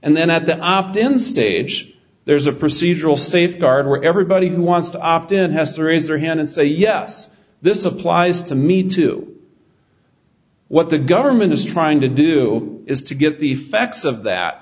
and then at the opt in stage there's a procedural safeguard where everybody who wants to opt in has to raise their hand and say yes this applies to me too what the government is trying to do is to get the facts of that